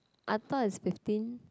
I thought is fifteen